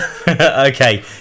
okay